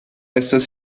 estos